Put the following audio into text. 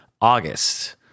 August